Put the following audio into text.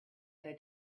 other